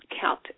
count